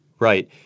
Right